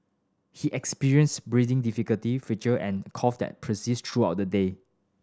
he experienced breathing difficulty and cough that persisted throughout the day